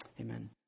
Amen